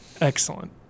Excellent